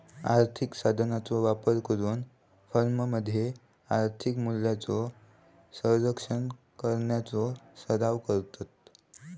आर्थिक साधनांचो वापर करून फर्ममध्ये आर्थिक मूल्यांचो संरक्षण करण्याचो सराव करतत